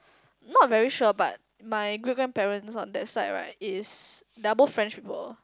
not very sure but my great grandparents on that side right is double French people